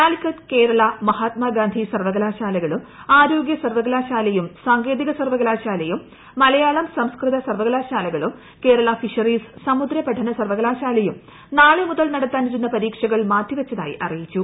കാലിക്കറ്റ് കേരള മഹാത്മാഗാന്ധി സർവ്വകലാശാലകളും ആരോഗ്യ സർവ്വകലാശാലയും സാങ്കേതിക സർവ്വകലാശാലയും മലയാളം സംസ്കൃത സർവ്വകലാശാലകളും കേരള ഫിഷറീസ് സമുദ്ര പഠന സർവ്വകലാശാലയും നാളെ മുതൽ നടത്താനിരുന്ന പരീക്ഷകൾ മാറ്റിവച്ചതായി അറിയിച്ചു